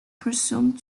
presumed